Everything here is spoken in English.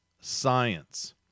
Science